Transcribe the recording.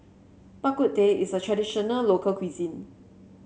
Bak Kut Teh is a traditional local cuisine